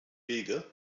wege